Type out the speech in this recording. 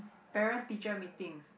parent teacher Meetings